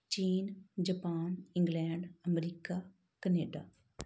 ਚੀਨ ਜਪਾਨ ਇੰਗਲੈਂਡ ਅਮਰੀਕਾ ਕਨੇਡਾ